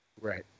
Right